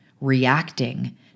reacting